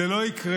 זה לא יקרה.